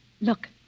Look